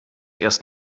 erst